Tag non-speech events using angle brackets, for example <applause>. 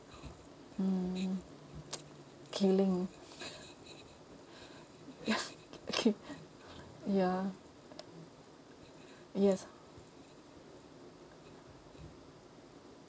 mm <noise> killing <laughs> <breath> ya okay ya yes